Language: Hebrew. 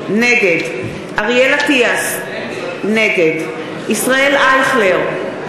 נגד אריאל אטיאס, נגד ישראל אייכלר,